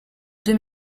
deux